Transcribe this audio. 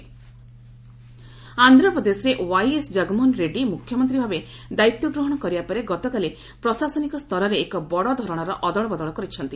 AP bureaucracy ଆନ୍ଧ୍ରପ୍ରଦେଶରେ YS Jaganmohan Reddy ମୁଖ୍ୟମନ୍ତ୍ରୀ ଭାବେ ଦାୟିତ୍ୱ ଗ୍ରହଣ କରିବା ପରେ ଗତକାଲି ପ୍ରଶାସନିକ ସ୍ତରରେ ଏକ ବଡ଼ଧରଣର ଅଦଳବଦଳ କରିଛନ୍ତି